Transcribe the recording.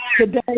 today